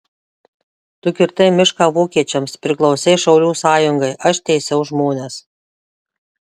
tu kirtai mišką vokiečiams priklausei šaulių sąjungai aš teisiau žmones